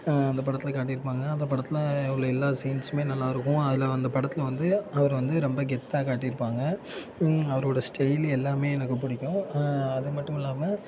அந்த படத்தில் காட்டியிருப்பாங்க அந்த படத்தில் உள்ள எல்லா சீன்ஸ்ஸுமே நல்லாயிருக்கும் அதில் அந்த படத்தில் வந்து அவர் வந்து ரொம்ப கெத்தாக காட்டியிருப்பாங்க அவரோடய ஸ்டைல் எல்லாமே எனக்கு பிடிக்கும் அது மட்டும் இல்லாமல்